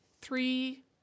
three